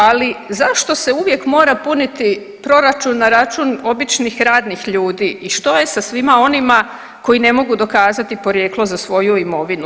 Ali zašto se uvijek mora puniti proračun na račun običnih radnih ljudi i što je sa svima onima koji ne mogu dokazati porijeklo za svoju imovinu?